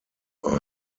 are